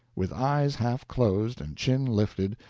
with eyes half closed and chin lifted,